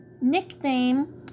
nickname